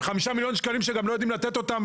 על חמישה מיליון שקלים שגם לא יודעים לתת אותם,